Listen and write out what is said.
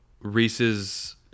Reese's